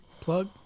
plug